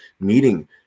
meeting